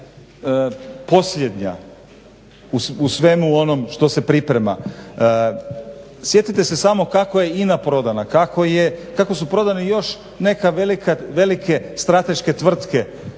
posljednja u svemu onom što se priprema. Sjetite se samo kako ja INA prodana, kako su prodane još neke velike strateške tvrtke